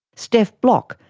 stef blok,